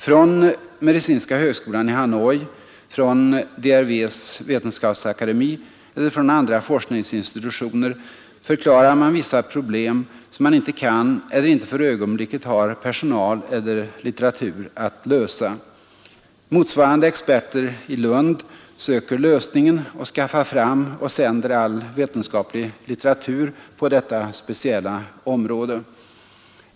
Från medicinska högskolan i Hanoi, från DRV:s vetenskapsaka 25 april 1973 demi eller från andra forskningsinstitutioner förklarar man vissa problem, som man inte kan eller inte för ögonblicket har personal eller litteratur att lösa. Motsvarande experter i Lund söker lösningen och skaffar fram och sänder all vetenskaplig litteratur på detta speciella område.